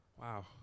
Wow